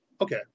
Okay